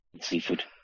Seafood